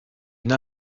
une